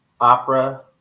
opera